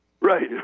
right